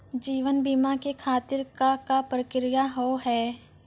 जीवन बीमा के खातिर का का प्रक्रिया हाव हाय?